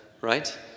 right